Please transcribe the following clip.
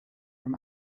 from